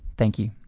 thank you.